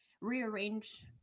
Rearrange